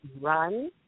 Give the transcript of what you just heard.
run